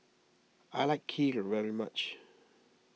I like Kheer very much